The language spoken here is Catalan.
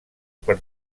per